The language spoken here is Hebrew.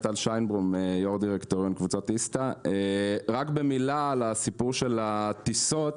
רק במילה על סיפור הטיסות,